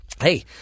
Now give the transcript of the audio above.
Hey